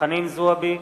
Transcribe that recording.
חנין זועבי,